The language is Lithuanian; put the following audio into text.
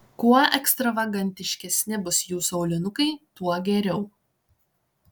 kuo ekstravagantiškesni bus jūsų aulinukai tuo geriau